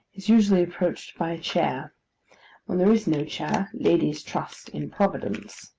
is usually approached by a chair when there is no chair, ladies trust in providence.